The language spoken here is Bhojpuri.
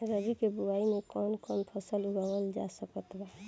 रबी के बोआई मे कौन कौन फसल उगावल जा सकत बा?